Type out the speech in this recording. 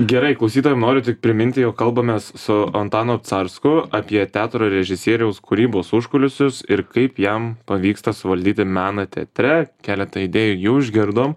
gerai klausytojam noriu tik priminti jog kalbamės su antanu obcarsku apie teatro režisieriaus kūrybos užkulisius ir kaip jam pavyksta suvaldyti meną teatre keletą idėjų jau išgirdom